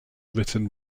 written